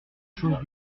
choses